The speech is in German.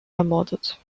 ermordet